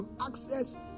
access